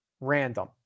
random